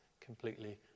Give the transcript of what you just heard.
completely